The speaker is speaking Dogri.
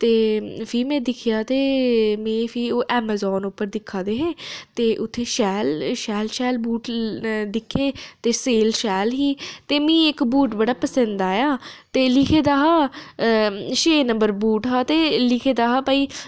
ते में फ्ही में दिक्खेआ ते में फ्ही एैमाजोन पर दिक्खा दे हे ते उत्थै शैल शैल बूट दिक्खे ते सेल ही ते में इक बूट बड़ा पसंद आया ते लिखे दा हा छे नंबर बूट हा ते लिखे दा हा भाई